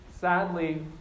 Sadly